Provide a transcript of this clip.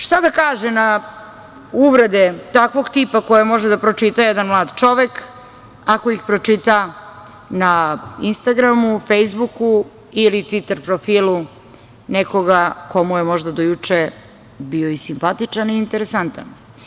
Šta da kaže na uvrede takvog tipa koje može da pročita jedan mlad čovek, ako ih pročita na Instagramu, Fejsbuku ili Tviter profilu nekoga ko mu je možda do juče bio i simpatičan i interesantan?